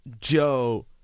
Joe